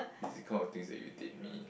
it is this kind of things that irritate me